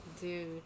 dude